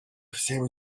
всем